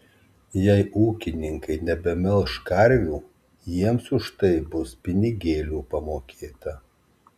jei ūkininkai nebemelš karvių jiems už tai bus pinigėlių pamokėta